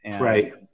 Right